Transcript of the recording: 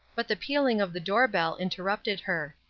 but the pealing of the door bell interrupted her.